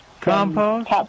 Compost